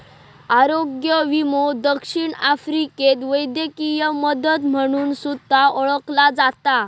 आरोग्य विमो दक्षिण आफ्रिकेत वैद्यकीय मदत म्हणून सुद्धा ओळखला जाता